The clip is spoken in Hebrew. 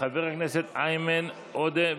חבר הכנסת איימן עודה,